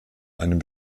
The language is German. einem